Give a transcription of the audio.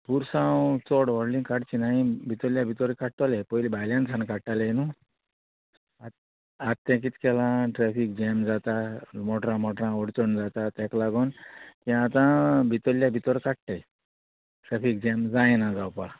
पुरसां हांव चड व्हडलीं काडची ना भितरल्या भितर काडटोलें पयलीं भायल्यान सान काडटालें न्हू आत तें कित केलां ट्रॅफीक जॅम जाता मोटरां मोटरां व्हडचो जाता तेका लागून तें आतां भितरल्या भितर काडटले ट्रॅफीक जॅम जायना जावपाक